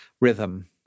rhythm